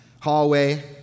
hallway